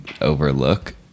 overlook